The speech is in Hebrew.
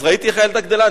אז ראיתי איך הילדה גדלה,